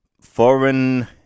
foreign